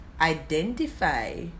identify